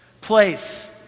place